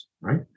right